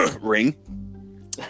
Ring